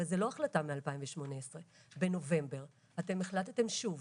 הרי זו לא החלטה משנת 2018. בנובמבר אתם החלטתם שוב